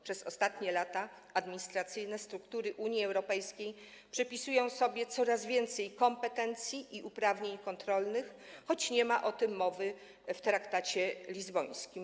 Przez ostatnie lata administracyjne struktury Unii Europejskiej przypisują sobie coraz więcej kompetencji i uprawnień kontrolnych, choć nie ma o tym mowy w traktacie lizbońskim.